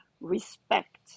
respect